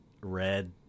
red